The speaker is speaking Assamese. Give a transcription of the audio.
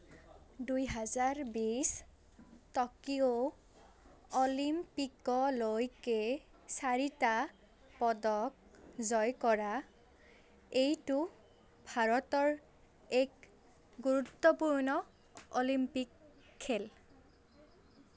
দুইহেজাৰ বিছ টকিঅ' অলিম্পিকলৈকে চাৰিটা পদক জয় কৰা এইটো ভাৰতৰ এক গুৰুত্বপূৰ্ণ অলিম্পিক খেল